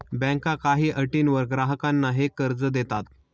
बँका काही अटींवर ग्राहकांना हे कर्ज देतात